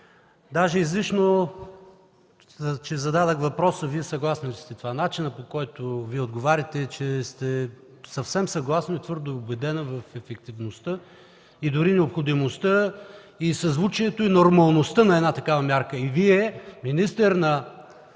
Даже е излишно, че зададох въпроса: Вие съгласна ли сте с това? Начинът, по който отговаряте, е, че Вие сте съвсем съгласна и твърдо убедена в ефективността и дори необходимостта, и съзвучието, и нормалността на една такава мярка – Вие, министър на